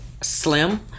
slim